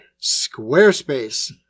Squarespace